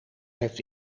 heeft